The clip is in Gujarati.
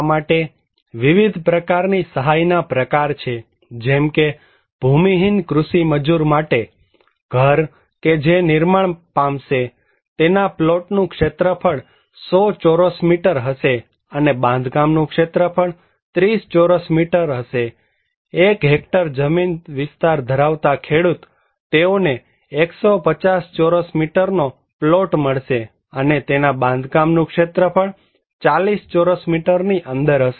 આ માટે વિવિધ પ્રકારની સહાયના પ્રકાર છે જેમકે ભૂમિહીન કૃષિ મજુર માટેઘર કે જે નિર્માણ પામશે તેના પ્લોટનું ક્ષેત્રફળ 100 ચોરસ મીટર હશે અને બાંધકામનું ક્ષેત્રફળ 30 ચોરસ મીટર હશે 1 ફેક્ટર જમીન વિસ્તાર ધરાવતા ખેડૂત તેઓને 150 ચોરસ મીટર નો લોટ મળશે અને તેના બાંધકામનું ક્ષેત્રફળ 40 ચોરસ મીટરની અંદર હશે